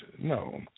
No